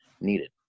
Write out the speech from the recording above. needed